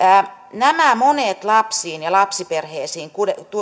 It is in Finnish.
nämä monet lapsiin ja lapsiperheisiin